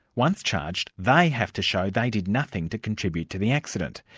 once charged, they have to show they did nothing to contribute to the accident.